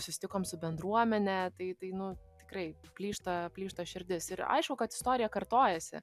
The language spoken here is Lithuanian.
susitikom su bendruomene tai tai nu tikrai plyšta plyšta širdis ir aišku kad istorija kartojasi